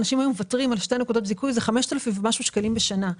אנשים היו מוותרים על שתי נקודות זיכוי שזה 5,00 ומשהו שקלים בשנה.